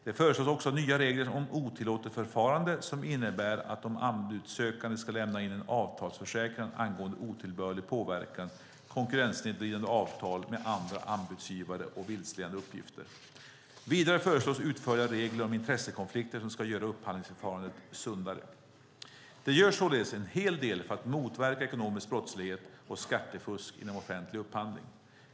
Det föreslås också nya regler om otillåtet förfarande som innebär att de anbudssökande ska lämna in en avtalsförsäkran angående otillbörlig påverkan, konkurrenssnedvridande avtal med andra anbudsgivare och vilseledande uppgifter. Vidare föreslås utförliga regler om intressekonflikter som ska göra upphandlingsförfarandet sundare. Det görs således en hel del för att motverka ekonomisk brottslighet och skattefusk inom offentlig upphandling.